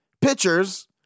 pitchers